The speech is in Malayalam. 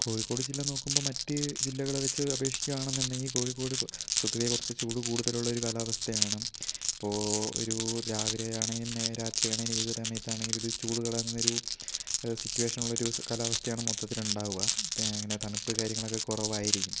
കോഴിക്കോട് ജില്ല നോക്കുമ്പോൾ മറ്റ് ജില്ലകളെ വെച്ച് അപേക്ഷിക്കുകയാണ് എന്നുണ്ടെങ്കിൽ കോഴിക്കോട് സ് പൊതുവേ കുറച്ച് ചൂട് കൂടുതലുള്ള ഒരു കാലാവസ്ഥയാണ് അപ്പോൾ ഒരു രാവിലെയാണെങ്കിലും നേ രാത്രിയാണെങ്കിലും ഏത് സമയത്താണെങ്കിലും ഒരു ചൂട് കലർന്ന ഒരു സിറ്റുവേഷനുള്ള ഒരു കാലാവസ്ഥയാണ് മൊത്തത്തിൽ ഉണ്ടാവുക ദേ ഇങ്ങനെ തണുപ്പ് കാര്യങ്ങളൊക്കെ കുറവായിരിക്കും